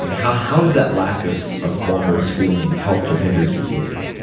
you know how how has that lack of of formal schooling helped or hindered you, do you feel?